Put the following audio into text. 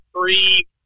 three